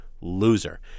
Loser